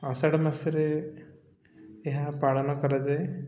ଆଷାଢ଼ ମାସରେ ଏହା ପାଳନ କରାଯାଏ